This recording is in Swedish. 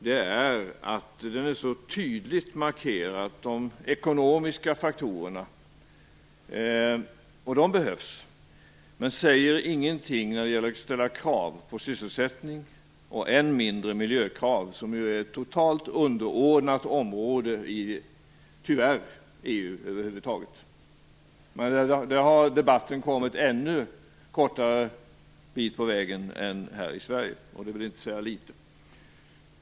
De ekonomiska faktorerna har markerats så tydligt - och de behövs - men det sägs ingenting när det gäller krav på sysselsättning och än mindre när det gäller miljökrav, som ju tyvärr är ett totalt underordnat område i EU över huvud taget. Där har debatten kommit ännu kortare bit på vägen än här i Sverige, och det vill inte säga litet.